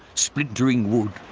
splintering wood,